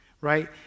right